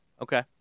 Okay